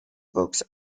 books